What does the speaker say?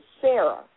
Sarah